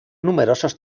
numerosos